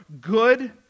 good